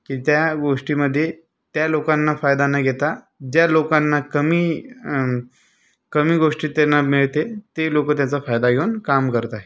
की त्या गोष्टीमधे त्या लोकांना फायदा नाही घेता ज्या लोकांना कमी कमी गोष्टीत त्यांना मिळते ते लोक त्याचा फायदा घेऊन काम करत आहे